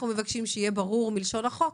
אנחנו מבקשים שיהיה ברור מלשון החוק